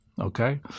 okay